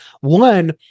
One